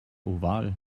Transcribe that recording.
oval